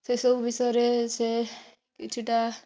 ସେ ସବୁ ବିଷୟରେ ସେ କିଛିଟା